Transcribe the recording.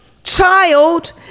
child